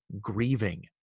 grieving